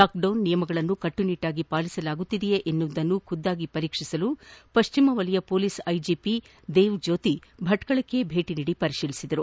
lockdown ನಿಯಮಗಳನ್ನು ಕಟ್ಟುನಿಟ್ಟಾಗಿ ಪಾಲಿಸಲಾಗುತ್ತಿದೆಯೇ ಎಂಬುದನ್ನು ಖುದ್ದಾಗಿ ಪರೀಕ್ಷಿಸಲು ಪಟ್ಟುಮ ವಲಯ ಪೊಲೀಸ್ ಐಜಿಪಿ ದೇವ್ಜ್ಯೋತಿ ಭಟ್ನಳಕ್ಷಿ ಭೇಟಿ ನೀಡಿ ಪರಿತೀಲಿಸಿದರು